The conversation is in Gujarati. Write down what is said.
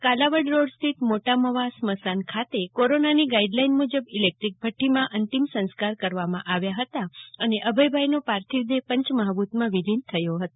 કાલાવડ રોડ સ્થિત મોટામવા સ્મશાન ખાતે કોરોનાની ગાઈડલાઈન મુજબ ઈલેક્ટ્રિક ભઠ્ઠીમાં અંતિમસંસ્કાર કરવામાં આવ્યા હતા અને અભયભાઈનો પાર્થિવદેહ પંચમહાભૂતમાં વિલીન થયો હતો